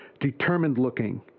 determined-looking